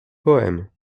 poèmes